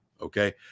okay